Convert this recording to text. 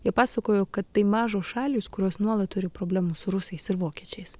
ji pasakojo kad tai mažos šalys kurios nuolat turi problemų su rusais ir vokiečiais